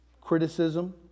criticism